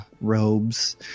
robes